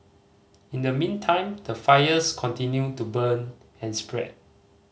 in the meantime the fires continue to burn and spread